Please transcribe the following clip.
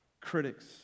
critics